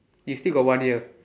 you still got one year